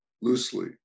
loosely